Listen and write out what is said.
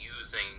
using